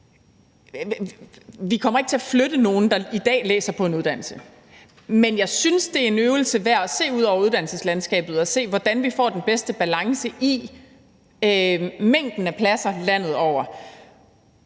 kommer til at flytte nogen, der er i dag læser på en uddannelse. Men jeg synes, det er en øvelse værd at se ud over uddannelseslandskabet og se, hvordan vi får den bedste balance i mængden af pladser landet over.